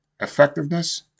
Effectiveness